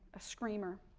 a screamer,